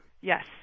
Yes